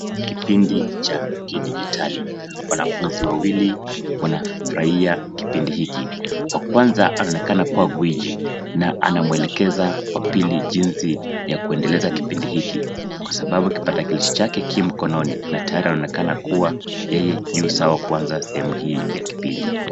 Kipindi cha kidijitali. Wanafunzi hawa wanafurahia kipindi hiki. Wa kwa nza anaonekana kuwa gwiji na anamwelekeza wa pili jinsi ya kuendeleza kipindi hiki kwa sababu kipatakilisha chake kimkononi na tayari anaeonekana kuwa yeye yu sawa kuanza sehemu hii ya kipindi.